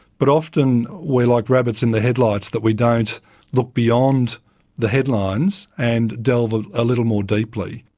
but often we're like rabbits in the headlights that we don't look beyond the headlines and delve a ah little more deeply.